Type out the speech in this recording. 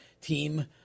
team